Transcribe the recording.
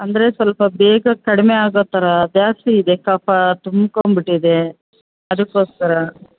ಅಂದರೆ ಸ್ವಲ್ಪ ಬೇಗ ಕಡಿಮೆ ಆಗೋ ಥರ ಜಾಸ್ತಿ ಇದೆ ಕಫ ತುಂಬ್ಕೊಂಡ್ಬಿಟ್ಟಿದೆ ಅದಕ್ಕೋಸ್ಕರ